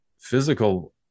physical